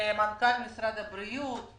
למנכ"ל משרד הבריאות.